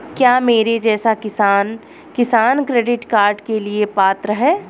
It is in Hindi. क्या मेरे जैसा किसान किसान क्रेडिट कार्ड के लिए पात्र है?